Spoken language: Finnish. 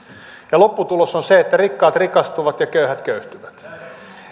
ja lopputulos on se että rikkaat rikastuvat ja köyhät köyhtyvät